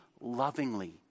lovingly